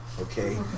okay